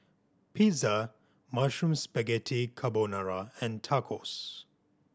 Pizza Mushroom Spaghetti Carbonara and Tacos